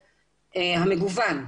המגוון,